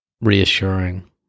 reassuring